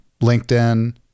LinkedIn